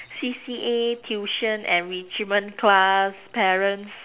C_C_A tuition enrichment class parents